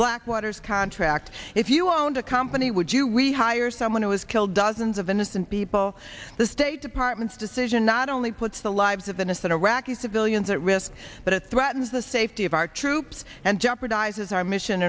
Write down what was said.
blackwater's contract if you owned a company would you we hire someone who has killed dozens of innocent people the state department's decision not only puts the lives of innocent iraqi civilians at risk but a threat and the safety of our troops and jeopardizes our mission